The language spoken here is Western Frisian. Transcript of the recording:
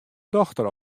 dochter